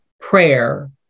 prayer